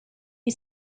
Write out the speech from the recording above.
you